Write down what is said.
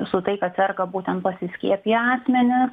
su tai kad serga būtent pasiskiepiję asmenys